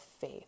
faith